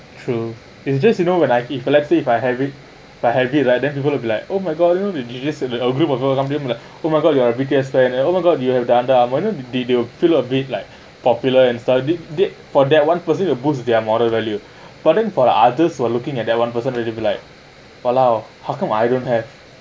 true it's just you know if let's say if I have it by habit right then people will be like oh my god you know they just said like our group of I'm like oh my god you are B_T_S fan eh oh my god you have done uh you know they filled a bit like popular and stuff they they for that one person will boost their model value but then for the others who are looking at that one person really be like !walao! how come I don't have